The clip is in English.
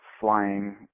flying